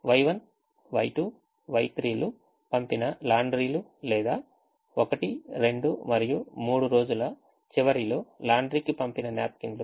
Y1 Y2 Y3 లు పంపిన లాండ్రీలు లేదా 1 2 మరియు 3 రోజుల చివరిలో లాండ్రీకి పంపిన న్యాప్కిన్లు